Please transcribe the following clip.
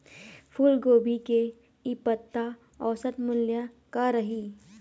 फूलगोभी के इ सप्ता औसत मूल्य का रही?